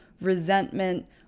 resentment